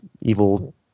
evil